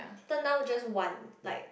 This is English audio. turn down just one like